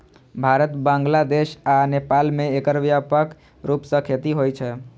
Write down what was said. भारत, बांग्लादेश आ नेपाल मे एकर व्यापक रूप सं खेती होइ छै